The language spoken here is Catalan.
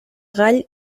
gall